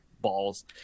balls